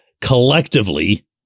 collectively